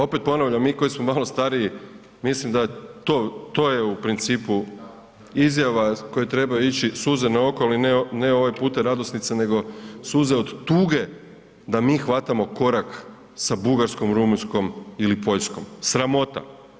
Opet ponavljam, mi koji smo malo stariji mislim da to, to je u principu izjava koje trebaju ići suze na oko ali ne ovaj puta radosnice nego suze od tuge da mi hvatamo korak sa Bugarskom, Rumunjskom ili Poljskom, sramota.